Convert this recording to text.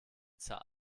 zahl